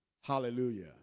Hallelujah